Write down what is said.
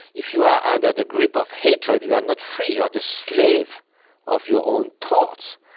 if you are under the grip of hatred, you are not free. you are the slave of your own thoughts.